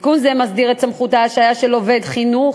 תיקון זה מסדיר את סמכות ההשעיה של עובד חינוך